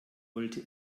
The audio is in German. wollte